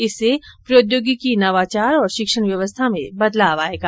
इससे प्रौद्योगिकी नवाचार और शिक्षण व्यवस्था में बदलाव आयेगा